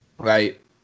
Right